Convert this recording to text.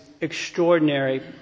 extraordinary